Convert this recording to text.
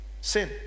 Sin